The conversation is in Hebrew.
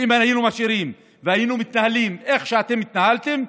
ואם היינו משאירים והיינו מתנהלים איך שאתם התנהלתם,